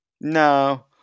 No